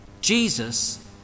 Jesus